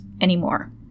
anymore